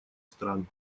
стран